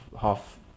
half